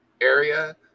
area